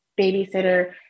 babysitter